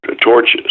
torches